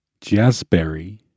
Jazzberry